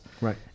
Right